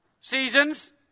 seasons